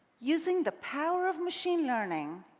using the power of machine learning,